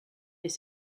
les